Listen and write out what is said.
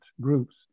groups